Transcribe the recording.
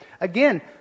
Again